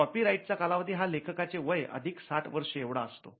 copy राईटचा कालावधी हा लेखकाचे वय अधिक ६० वर्ष एव्हढा असतो